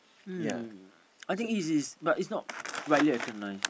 um I think it is but is not widely recognised